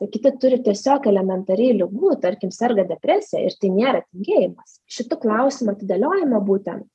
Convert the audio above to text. ir kiti turi tiesiog elementariai ligų tarkim serga depresija ir tai nėra tingėjimas šitų klausimų atidėliojimo būtent